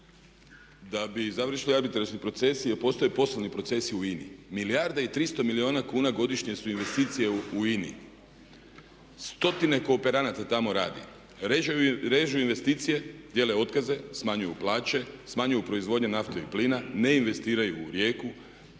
da bi završili arbitražni procesi jer postoje poslovni procesi u INA-i. Milijarda i 300 milijuna kuna godišnje su investicije u INA-i. Stotine kooperanata tamo radi. Režu investicije, dijele otkaze, smanjuju plaće, smanjuju proizvodnju nafte i plina, ne investiraju u Rijeku.